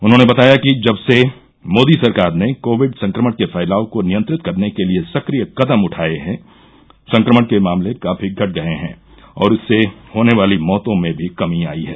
उन्होंने बताया कि जब से मोदी सरकार ने कोविड संक्रमण के फैलाव को नियंत्रित करने के लिए सक्रिय कदम उठाये हैं संक्रमण के मामले काफी घट गये हैं और इससे होने वाली मौतों में भी कमी आई है